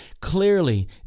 Clearly